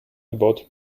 about